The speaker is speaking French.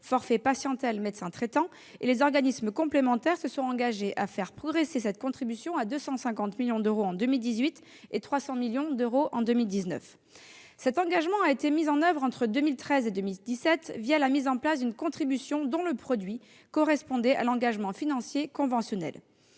forfait patientèle médecin traitant. Les organismes complémentaires se sont engagés à faire progresser cette contribution à 250 millions d'euros en 2018 et 300 millions d'euros en 2019. Cet engagement a été mis en oeuvre entre 2013 et 2017 la mise en place d'une contribution dont le produit correspondait à l'engagement financier conventionnel.